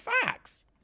facts